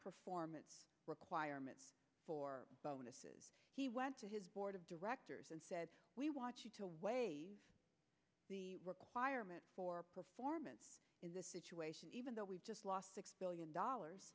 performance requirements for bonuses he went to his board of directors and said we want you to weigh the requirement for performance in this situation even though we just lost six billion dollars